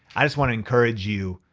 i just wanna encourage you,